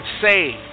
saved